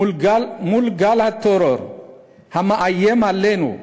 מול גל הטרור המאיים עלינו,